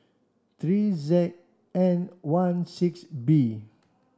three Z N one six B